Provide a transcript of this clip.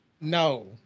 no